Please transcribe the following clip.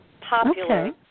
Popular